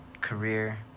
career